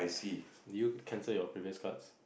did you cancel your previous cards